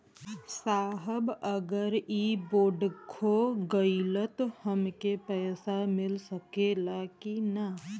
साहब अगर इ बोडखो गईलतऽ हमके पैसा मिल सकेला की ना?